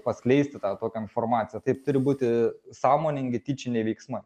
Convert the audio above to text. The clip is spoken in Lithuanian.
paskleisti tą tokią informaciją tai turi būti sąmoningi tyčiniai veiksmai